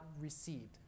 received